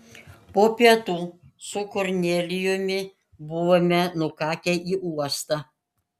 po pietų su kornelijumi buvome nukakę į uostą